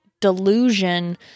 delusion